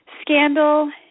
scandal